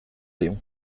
léon